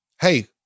hey